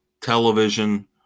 television